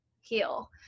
heal